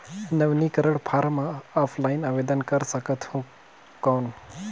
नवीनीकरण form offline आवेदन कर सकत हो कौन?